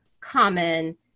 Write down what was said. common